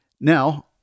Now